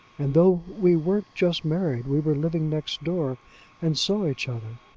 and though we weren't just married, we were living next door and saw each other.